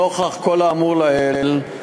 נוכח כל האמור לעיל,